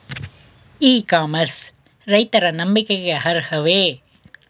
E commerce ರೈತರ ನಂಬಿಕೆಗೆ ಅರ್ಹವೇ?